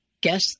guess